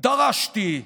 דרשתי,